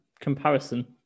comparison